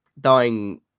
dying